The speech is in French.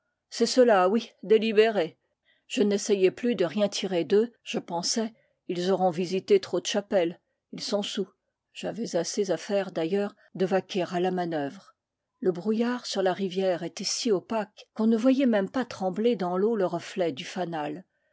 c'est cela oui des libérés je n'es sayai plus de rien tirer d'eux je pensais ils auront visité trop de chapelles ils sont soûls j'avais assez à faire d'ailleurs de vaquer à la manœuvre le brouillard sur la rivière était si opaque qu'on ne voyait même pas trembler dans l'eau le reflet du fanal